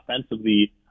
offensively